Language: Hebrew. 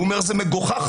הוא אומר: זה מגוחך,